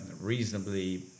reasonably